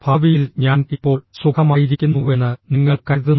ഭാവിയിൽ ഞാൻ ഇപ്പോൾ സുഖമായിരിക്കുന്നുവെന്ന് നിങ്ങൾ കരുതുന്നു